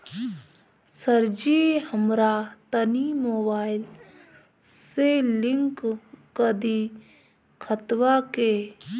सरजी हमरा तनी मोबाइल से लिंक कदी खतबा के